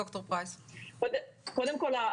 קודם כל,